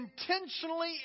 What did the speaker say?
intentionally